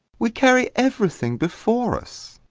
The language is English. we carry everything before us!